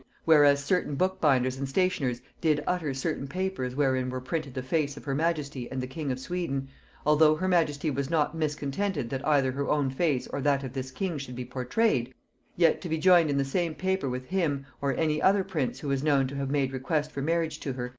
whereas certain bookbinders and stationers did utter certain papers wherein were printed the face of her majesty and the king of sweden although her majesty was not miscontented that either her own face or that of this king should be pourtrayed yet to be joined in the same paper with him or any other prince who was known to have made request for marriage to her,